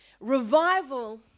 revival